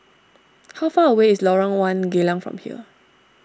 how far away is Lorong one Geylang from here